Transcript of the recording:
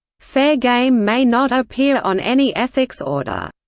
fair game may not appear on any ethics order.